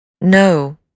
No